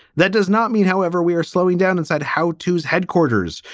that does not mean, however, we are slowing down inside how tos headquarters.